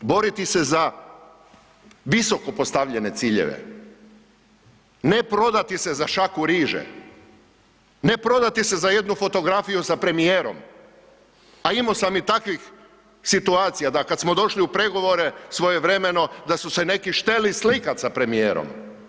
Boriti se za visoko postavljene ciljeve, ne prodati se za šaku riže, ne prodati se za jednu fotografiju sa premijerom, a imo sam i takvih situacija da kad smo došli u pregovore svojevremeno da su se neki šteli slikat sa premijerom.